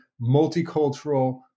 multicultural